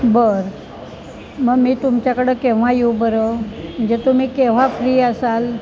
बर मग मी तुमच्याकडं केव्हा येऊ बरं म्हणजे तुम्ही केव्हा फ्री असाल